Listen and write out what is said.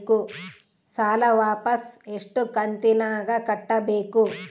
ಸಾಲ ವಾಪಸ್ ಎಷ್ಟು ಕಂತಿನ್ಯಾಗ ಕಟ್ಟಬೇಕು?